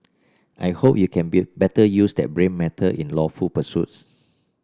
I hope you can better use that brain matter in lawful pursuits